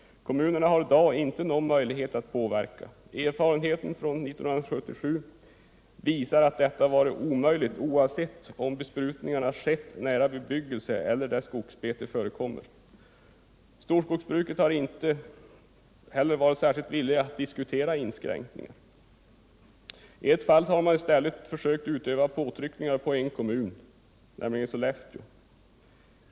Kommunerna har i dag inte någon möjlighet att påverka utvecklingen. Erfarenheten från 1977 visar att detta också varit omöjligt, oavsett om besprutningarna skett nära bebyggelse eller där skogsbete förekommer. Storskogsbruket har inte heller varit särskilt villigt att diskutera inskränkningar. I ett fall har man i stället försökt utöva påtryckningar på en kommun, nämligen Sollefteå kommun.